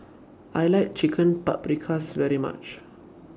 I like Chicken Paprikas very much